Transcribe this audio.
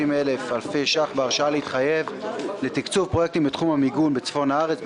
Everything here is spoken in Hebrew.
אלפי ש"ח בהרשאה להתחייב לתקצוב פרויקטים בתחום המיגון בצפון הארץ,